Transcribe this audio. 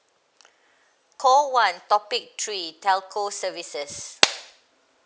call one topic three telco services